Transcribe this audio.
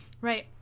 Right